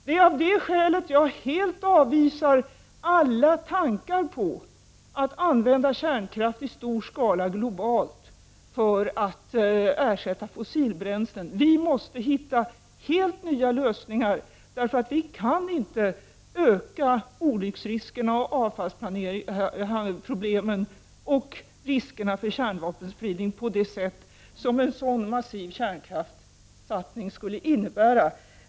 Det är av detta skäl som jag helt avvisar alla tankar på att globalt använda kärnkraft i stor skala för att ersätta fossila bränslen. Vi måste hitta helt nya lösningar. Vi kan ju inte öka de olycksrisker, avfallsproblem och riskerna för vapenspridning som en sådan massiv kärnkraftssatsning skulle innebära.